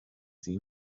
sie